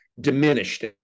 diminished